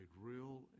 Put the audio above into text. real